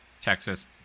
Texas